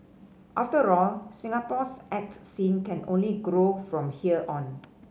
after all Singapore's art scene can only grow from here on